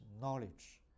knowledge